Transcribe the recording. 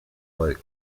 por